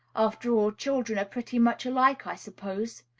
after all, children are pretty much alike, i suppose.